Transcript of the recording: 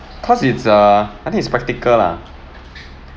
cause it's a I think it's practical lah